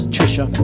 Trisha